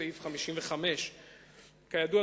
סעיף 55. כידוע,